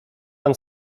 pan